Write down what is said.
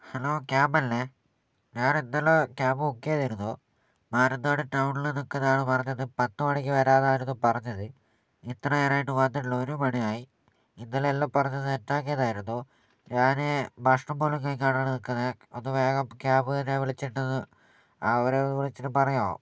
hello ക്യാബല്ലേ ഞാനിന്നലെ cab book ചെയ്തിരുന്നു മാനന്തവാടി ടൗണിൽ നിക്കുന്നയാൾ പറഞ്ഞിരുന്നത് പത്ത് മണിക്ക് വരാന്നായിരുന്നു പറഞ്ഞിരുന്നത് ഇത്രനേരായിട്ടും വന്നിട്ടില്ല ഒരു മണിയായി ഇന്നലെയെല്ലാം പറഞ്ഞു സെറ്റാക്കിയതായിരുന്നു ഞാന് ഭക്ഷണം പോലും കഴിക്കാണ്ടാണ് നിൽക്കുന്നത് ഒന്ന് വേഗം ക്യാബിനെ വിളിച്ചിട്ട് അവരെ വിളിച്ചുപറയാവോ